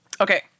Okay